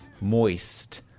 moist